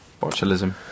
Botulism